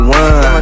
one